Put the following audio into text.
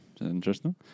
Interesting